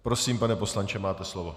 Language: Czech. Prosím, pane poslanče, máte slovo.